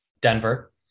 Denver